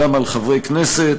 גם על חברי הכנסת,